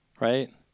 Right